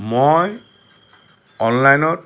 মই অনলাইনত